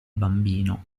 bambino